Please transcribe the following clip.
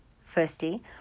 Firstly